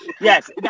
Yes